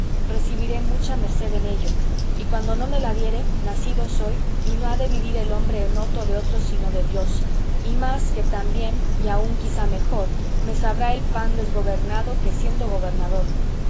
recibiré mucha merced en ello y cuando no me la diere nacido soy y no ha de vivir el hombre en hoto de otro sino de dios y más que tan bien y aun quizá mejor me sabrá el pan desgobernado que siendo gobernador